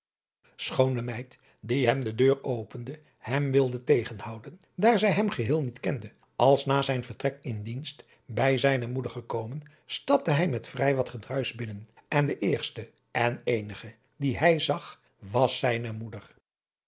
de meid die hem de deur opende hem wilde tegenhouden daar zij hem geheel niet kende als na zijn vertrek in dienst bij zijne moeder gekomen stapte hij met vrij wat gedruisch binnen en de eerste en eenige die hij zag was zijne moeder